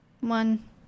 One